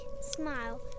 smile